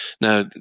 Now